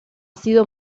sido